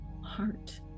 heart